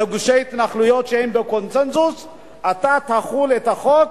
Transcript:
על גושי התנחלויות שהם בקונסנזוס אתה תחיל את החוק,